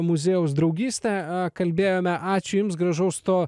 muziejaus draugystę kalbėjome ačiū jums gražaus to